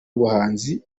ubuhinzi